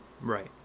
Right